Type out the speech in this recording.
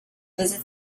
visit